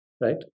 right